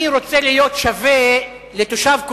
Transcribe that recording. אני רוצה להיות שווה לתושב כוכב-יאיר.